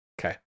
Okay